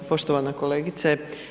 Poštovana kolegice.